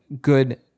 good